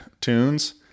tunes